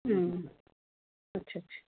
अच्छा अच्छा